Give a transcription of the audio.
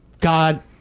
God